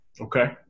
Okay